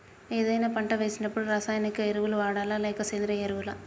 ఏదైనా పంట వేసినప్పుడు రసాయనిక ఎరువులు వాడాలా? లేక సేంద్రీయ ఎరవులా?